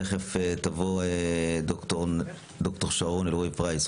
תכף תבוא ד"ר שרון אלרעי פרייס,